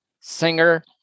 singer